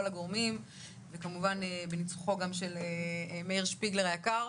הגורמים וכמובן בניצוחו של מאיר שפיגלר היקר.